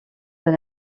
d’un